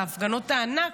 להפגנות הענק,